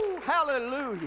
Hallelujah